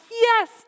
yes